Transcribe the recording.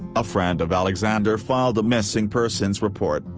a friend of alexander filed a missing persons report,